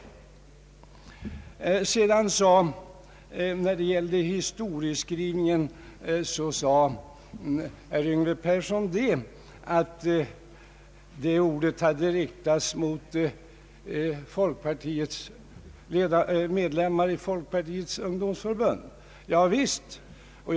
När det sedan gällde historieskriv ningen erinrade herr Yngve Persson om att folkpartiets ledare funnit anledning att rikta en kritisk maning till medlemmar av folkpartiets ungdomsförbund. Ja, det är riktigt.